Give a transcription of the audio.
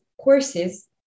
courses